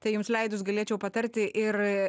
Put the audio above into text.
tai jums leidus galėčiau patarti ir